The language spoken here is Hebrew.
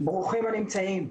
ברוכים הנמצאים.